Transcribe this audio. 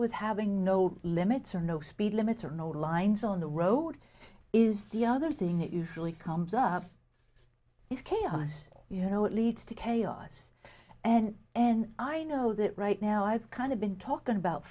with having no limits or no speed limits or no lines on the road is the other thing that usually comes up it's chaos you know it leads to chaos and and i know that right now i've kind of been talking about